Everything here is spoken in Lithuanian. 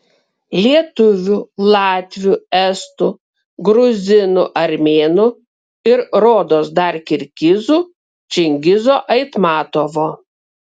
lietuvių latvių estų gruzinų armėnų ir rodos dar kirgizų čingizo aitmatovo